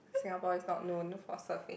Singapore is not known for surfing